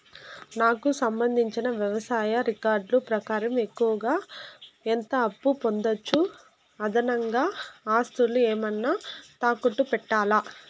నాకు సంబంధించిన వ్యవసాయ రికార్డులు ప్రకారం ఎక్కువగా ఎంత అప్పు పొందొచ్చు, అదనంగా ఆస్తులు ఏమన్నా తాకట్టు పెట్టాలా?